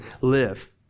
live